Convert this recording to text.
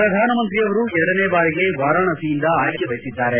ಪ್ರಧಾನಮಂತ್ರಿಯವರು ಎರಡನೇ ಭಾರಿಗೆ ವಾರಾಣಸಿಯಿಂದ ಆಯ್ಲೆ ಬಯಸಿದ್ದಾರೆ